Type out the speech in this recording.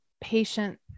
patient